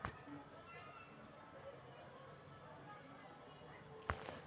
मनीषवा मैक्रोइकॉनॉमिक्स पर शोध करते हई